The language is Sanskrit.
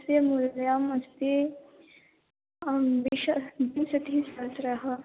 अस्य मूल्यमस्ति द्वि द्विशतिसहस्त्रम्